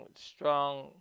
strong